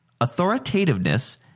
authoritativeness